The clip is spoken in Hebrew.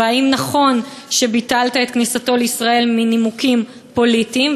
והאם נכון שביטלת את כניסתו לישראל מנימוקים פוליטיים?